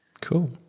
Cool